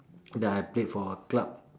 then I played for a club